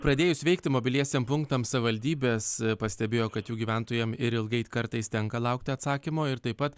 pradėjus veikti mobiliesiem punktam savivaldybės pastebėjo kad jų gyventojam ir ilgai kartais tenka laukti atsakymo ir taip pat